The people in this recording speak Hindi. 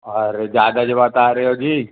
और ज्यादा जो बता रहे हो जी